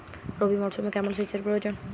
রবি মরশুমে কেমন সেচের প্রয়োজন?